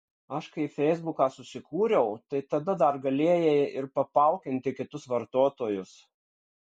aš kai feisbuką susikūriau tai tada dar galėjai ir papaukinti kitus vartotojus